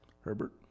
Herbert